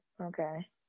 Okay